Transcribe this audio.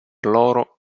loro